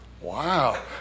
wow